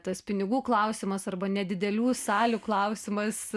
tas pinigų klausimas arba nedidelių salių klausimas